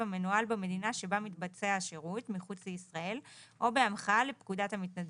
המנוהל במדינה שבה מתבצע השירות מחוץ לישראל או בהמחאה לפקודת המתנדב.